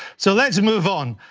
so let's and move on.